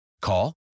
Call